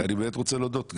אני באמת רוצה להודות.